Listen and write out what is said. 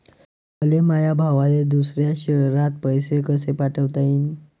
मले माया भावाले दुसऱ्या शयरात पैसे कसे पाठवता येईन?